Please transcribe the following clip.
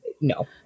no